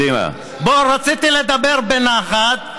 רציתי לדבר בנחת.